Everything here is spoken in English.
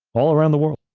all around the world.